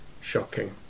Shocking